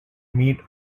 meat